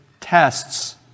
tests